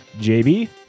JB